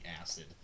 acid